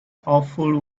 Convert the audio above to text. awful